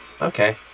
Okay